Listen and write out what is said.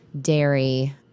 dairy